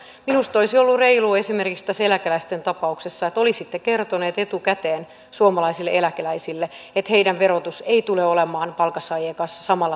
minusta olisi ollut reilua esimerkiksi tässä eläkeläisten tapauksessa että olisitte kertoneet etukäteen suomalaisille eläkeläisille että heidän verotuksensa ei tule olemaan palkansaajien kanssa samalla tasolla